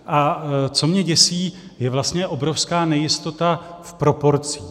A co mě děsí, je vlastně obrovská nejistota v proporcích.